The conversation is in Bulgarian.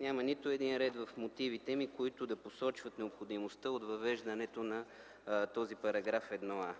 Няма нито един ред в мотивите ми към законопроекта, които да посочват необходимостта от въвеждането на § 1а.